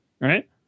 right